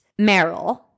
Meryl